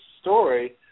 story